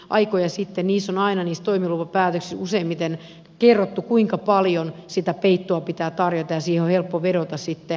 aikoja sitten iso nainen istuimilla pääsy useimmiten kerrottu kuinka paljon sitä peittoa pitää tarjota sijoja on vedota sitä